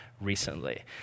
recently